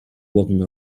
walking